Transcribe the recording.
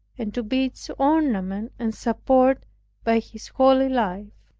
and to be its ornament and support by his holy life.